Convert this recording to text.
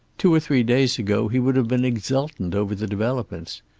two or three days ago he would have been exultant over the developments.